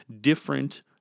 different